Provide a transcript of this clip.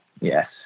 yes